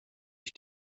ich